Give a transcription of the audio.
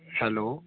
hello